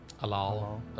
Alal